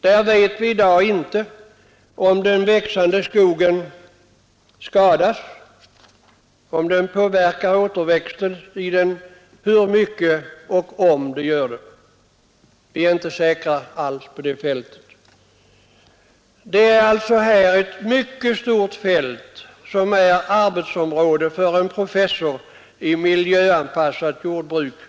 Vi vet i dag inte om den växande skogen skadas eller om återväxten påverkas och i så fall hur mycket. Det är alltså ett mycket stort fält som utgör arbetsområdet för en professor i miljöanpassat skogsbruk.